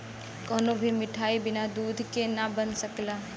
कवनो भी मिठाई बिना दूध के ना बन सकला